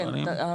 כן,